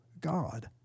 God